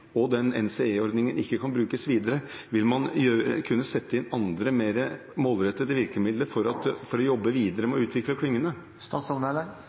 ikke kan brukes videre, vil man kunne sette inn andre, mer målrettede virkemidler for å jobbe videre med å utvikle klyngene?